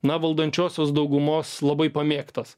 na valdančiosios daugumos labai pamėgtas